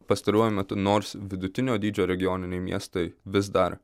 pastaruoju metu nors vidutinio dydžio regioniniai miestai vis dar